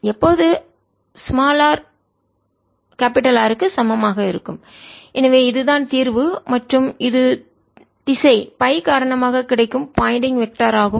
எப்போது rR S 2Rsinθ30 எனவே இது தான் தீர்வு மற்றும் இது திசை பை காரணமாக கிடைக்கும் பாயிண்டிங் வெக்டர் திசையன் ஆகும்